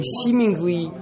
seemingly